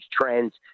trends